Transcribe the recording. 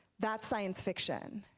that's science fiction.